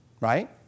right